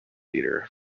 leader